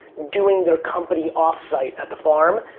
doing their company offsite at the farm.